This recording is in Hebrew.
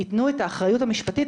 ייתנו את האחריות המשפטית,